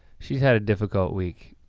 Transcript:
she's had a difficult week.